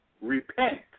repent